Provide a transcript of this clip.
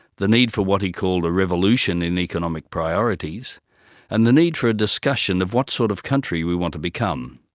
the need for what he called a revolution in economic priorities and the need for a discussion of what sort of country we want to become.